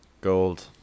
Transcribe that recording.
gold